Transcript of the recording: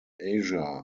asia